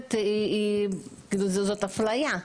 האחרת תופלה.